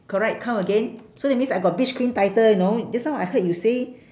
correct count again so that means I got beach queen title you know just now I heard you say